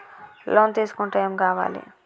Loan తీసుకుంటే ఏం కావాలి?